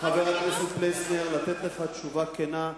חבר הכנסת פלסנר, לתת לך תשובה כנה,